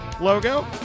logo